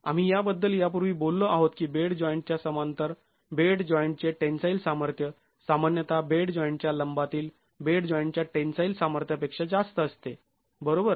आम्ही याबद्दल यापूर्वी बोललो आहोत की बेड जॉईंट च्या समांतर बेड जॉईंटचे टेन्साईल सामर्थ्य सामान्यत बेड जॉईंटच्या लंबातील बेड जॉईंटच्या टेन्साईल सामर्थ्यापेक्षा जास्त असते बरोबर